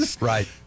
Right